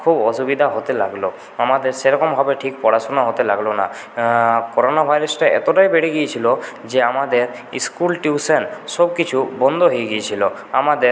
খুব অসুবিধা হতে লাগলো আমাদের সেরকমভাবে ঠিক পড়াশোনা হতে লাগলো না করোনা ভাইরাসটা এতোটাই বেড়ে গিয়েছিলো যে আমাদের স্কুল টিউশান সবকিছু বন্ধ হয়ে গিয়েছিলো আমাদের